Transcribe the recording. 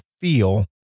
feel